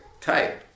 type